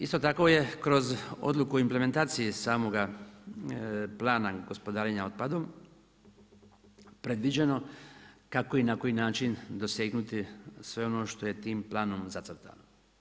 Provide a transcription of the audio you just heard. Isto tako je kroz odluku implementacije samoga plana gospodarenja otpadom predviđeno kako i na koji način dosegnuti sve ono što ej tim planom zacrtano.